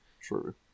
True